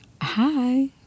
hi